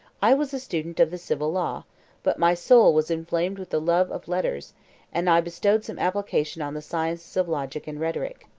i was a student of the civil law but my soul was inflamed with the love of letters and i bestowed some application on the sciences of logic and rhetoric.